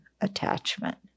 attachment